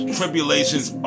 tribulations